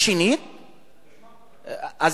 נשמע אותם.